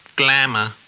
glamour